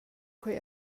quei